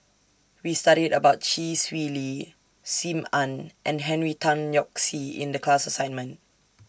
We studied about Chee Swee Lee SIM Ann and Henry Tan Yoke See in The class assignment